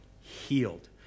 healed